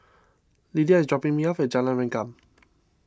Lidia is dropping me off at Jalan Rengkam